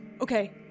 Okay